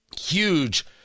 huge